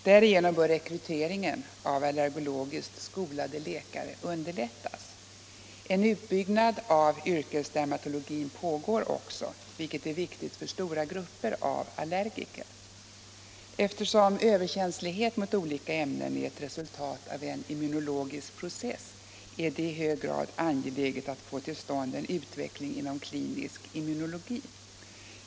Därigenom bör rekryteringen av allergologiskt skolade läkare underlättas. En utbyggnad av yrkesdermatologin pågår också, vilket är viktigt för stora grupper av allergiker. Eftersom överkänslighet mot olika ämnen är ett resultat av en immunologisk process, är det i hög grad angeläget att få till stånd en utveckling inom klinisk immunologi.